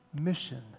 mission